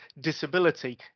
disability